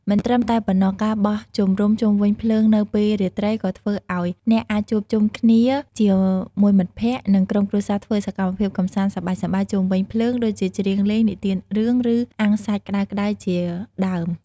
មិនត្រឹមតែប៉ុណ្ណោះ ការបោះជំរំជុំវិញភ្លើងនៅពេលរាត្រី ក៏ធ្វើឲ្យអ្នកអាចជួបជុំគ្នាជាមួយមិត្តភក្តិ ឬក្រុមគ្រួសារធ្វើសកម្មភាពកម្សាន្តសប្បាយៗជុំវិញភ្លើង ដូចជាច្រៀងលេង និទានរឿង ឬអាំងសាច់ក្តៅៗជាដើម។